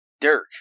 Dirk